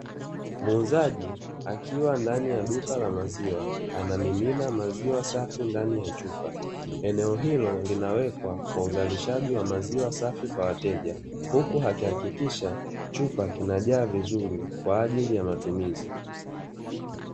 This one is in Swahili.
Muuzaji akiwa ndani ya duka la mazwiwa anamimina maziwa safi ndani ya chupa. Eneo hilo linawekwa kwa uzalishaji wa maziwa safi kwa wateja huku akihakikisha chupa inajaa vizuri kwa ajili ya matumizi.